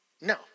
No